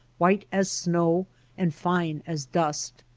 white as snow and fine as dust.